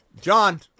John